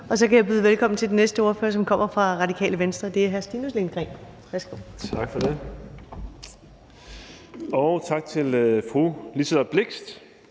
Så kan jeg byde velkommen til den næste ordfører, som kommer fra Radikale Venstre. Det er hr. Stinus Lindgreen. Værsgo. Kl. 19:04 (Ordfører) Stinus